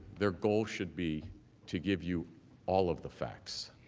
their goal should be to give you all of the facts.